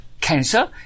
cancer